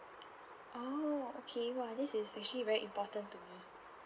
oh okay !whoa! this is especially very important to me